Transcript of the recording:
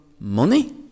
money